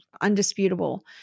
undisputable